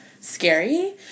scary